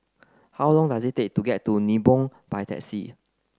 how long does it take to get to Nibong by taxi